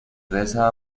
reza